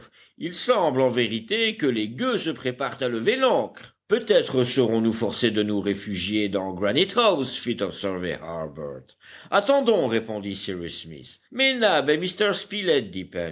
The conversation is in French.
il semble en vérité que les gueux se préparent à lever l'ancre peut-être serons-nous forcés de nous réfugier dans granitehouse fit observer harbert attendons répondit